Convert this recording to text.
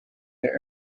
their